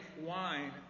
wine